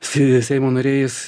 si seimo nariais